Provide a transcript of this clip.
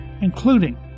including